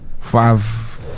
Five